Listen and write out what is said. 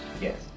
Yes